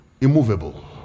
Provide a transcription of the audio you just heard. immovable